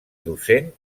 docent